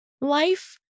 Life